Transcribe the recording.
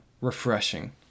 refreshing